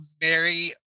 Mary